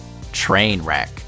Trainwreck